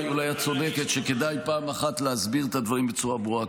אולי את צודקת שכדאי פעם אחת להסביר את הדברים בצורה ברורה.